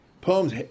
poems